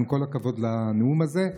עם כל הכבוד לנאום הזה,